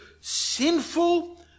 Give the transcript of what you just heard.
sinful